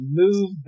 move